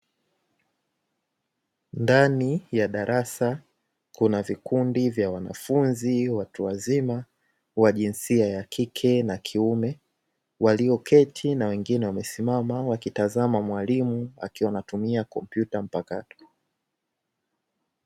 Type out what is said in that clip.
Ndani ya darasa kuna vikundi vya wanafunzi watu wazima, wa jinsia ya kike na kiume walioketi na wengine wamesimama, wakitazama mwalimu akiwa anatumia kopyuta mpakato.